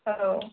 औ